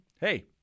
hey